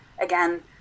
again